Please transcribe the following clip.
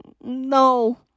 no